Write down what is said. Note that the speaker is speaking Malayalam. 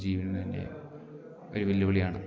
ജീവന് തന്നെ ഒരു വെല്ലുവിളിയാണ്